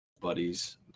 buddies